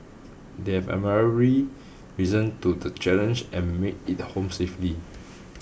they have risen to the challenge and made it home safely